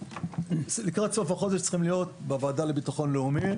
לקראת סוף החודש צריכים להיות בוועדה לביטחון לאומי,